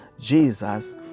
Jesus